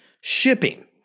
shipping